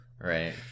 right